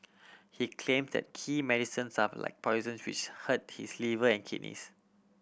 he claim that key medicines are of like poisons which hurt his liver and kidneys